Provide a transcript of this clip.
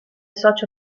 socio